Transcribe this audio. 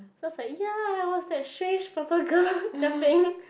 so is like ya it was that strange purple girl jumping